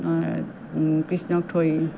কৃষ্ণক থৈ